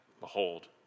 Behold